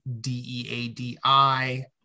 D-E-A-D-I